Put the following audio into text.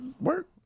work